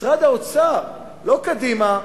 משרד האוצר, לא קדימה,